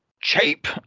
cheap